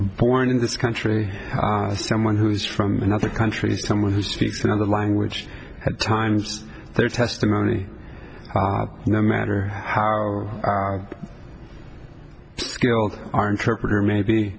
born in this country someone who is from another country someone who speaks another language at times their testimony no matter how skilled our